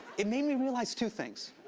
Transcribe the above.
it made me realize two things.